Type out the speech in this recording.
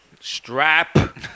Strap